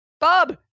Bob